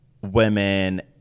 women